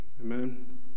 amen